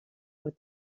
aux